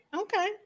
Okay